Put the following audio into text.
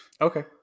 Okay